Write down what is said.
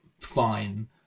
fine